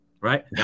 right